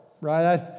right